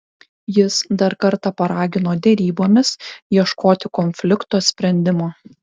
jis dar kartą paragino derybomis ieškoti konflikto sprendimo